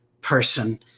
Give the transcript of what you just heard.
person